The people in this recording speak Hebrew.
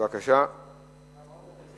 אולי הם מורידים אותה ולא צריך להצביע בכלל?